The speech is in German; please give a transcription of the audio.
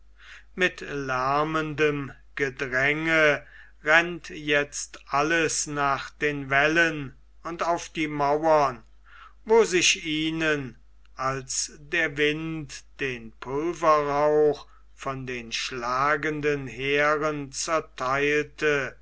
mit lärmendem gedränge rennt jetzt alles nach den wällen und auf die mauern wo sich ihnen als der wind den pulverrauch von den schlagenden heeren zertheilte